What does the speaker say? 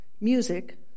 Music